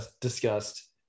discussed